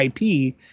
ip